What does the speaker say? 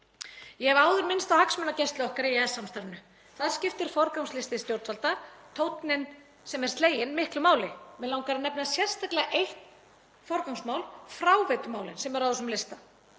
Ég hef áður minnst á hagsmunagæslu okkar í EES samstarfinu. Þar skiptir forgangslisti stjórnvalda, tónninn sem er sleginn, miklu máli. Mig langar sérstaklega að nefna eitt forgangsmál, fráveitumálin, sem eru á þessum lista.